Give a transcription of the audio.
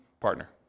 partner